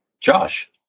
Josh